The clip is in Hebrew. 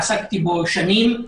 עסקתי בו שנים.